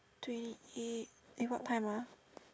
twenty eight eh what time ah